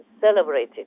celebrated